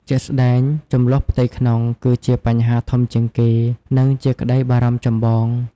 ជាក់ស្ដែង ជម្លោះផ្ទៃក្នុង គឺជាបញ្ហាធំជាងគេ និងជាក្តីបារម្ភចម្បង។